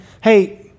hey